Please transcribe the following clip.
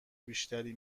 بیشتری